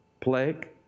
plague